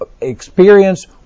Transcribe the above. experience